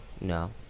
no